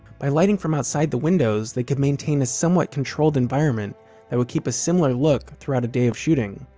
by lighting from outside the windows, they could maintain a somewhat controlled environment that would keep a similar look throughout a day of shooting